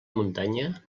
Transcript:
muntanya